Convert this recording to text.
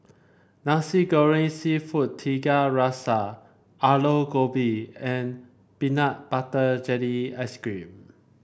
Nasi Goreng seafood Tiga Rasa Aloo Gobi and Peanut Butter Jelly Ice cream